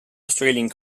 australian